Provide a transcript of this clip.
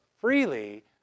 freely